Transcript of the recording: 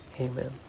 Amen